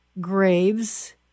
Graves